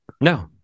No